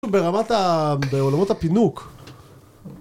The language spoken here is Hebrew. ברמת ה... בעולמות הפינוק